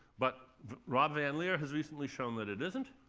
but rob van lier has recently shown that it isn't.